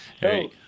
Hey